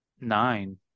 nine